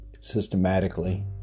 systematically